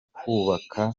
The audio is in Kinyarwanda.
kubaka